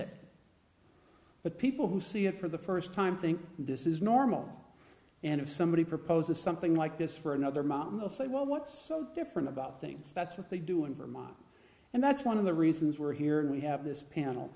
misfit but people who see it for the first time think this is normal and if somebody proposes something like this for another mountain of say well what's so different about things that's what they do in vermont and that's one of the reasons we're here and we have this panel